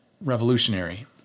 revolutionary